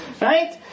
right